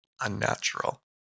unnatural